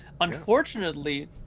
Unfortunately